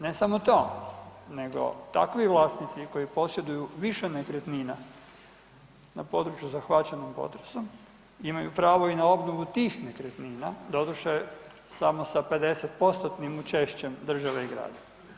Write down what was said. Ne samo to, nego takvi vlasnici koji posjeduju više nekretnina na području zahvaćenom potresom imaju pravo i na obnovu tih nekretnina, doduše samo sa 50%-tnim učešćem države i grada.